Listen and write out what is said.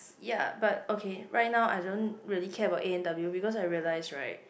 ya but okay right now I don't really care about A and W because I realize right